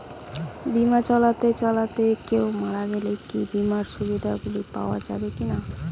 বিমা চালাতে চালাতে কেও মারা গেলে বিমার সুবিধা গুলি পাওয়া যাবে কি না?